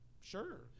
Sure